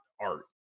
art